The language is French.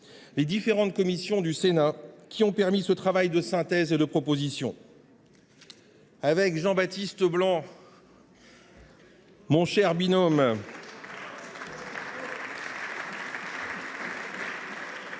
les différentes commissions du Sénat, qui ont permis la réalisation de ce travail de synthèse et de proposition. Avec Jean Baptiste Blanc, mon cher binôme,